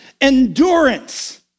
endurance